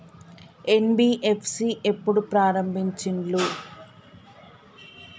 NBFC ఎప్పుడు ప్రారంభించిల్లు?